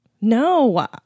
No